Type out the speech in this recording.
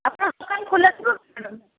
ଆପଣଙ୍କ ଦୋକାନ ଖୋଲା ଥିବ ମ୍ୟାଡ଼ାମ୍